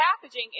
packaging